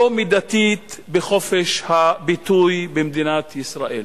לא מידתית, בחופש הביטוי במדינת ישראל.